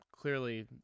clearly